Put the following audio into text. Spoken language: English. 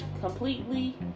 completely